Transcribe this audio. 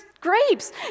grapes